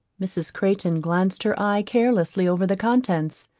mrs. crayton glanced her eye carelessly over the contents.